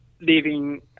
living